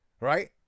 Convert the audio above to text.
Right